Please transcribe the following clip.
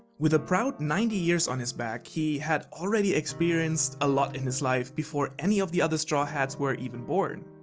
with a proud ninety years on his back, he had already experienced a lot in his life before any of the other straw hats were even born.